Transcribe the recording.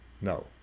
No